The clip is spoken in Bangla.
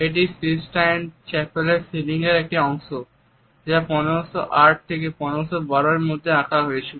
এটি সিসটাইন চ্যাপেলের সিলিংয়ের একটি অংশ যা 1508 1512 এর মধ্যে আঁকা হয়েছিল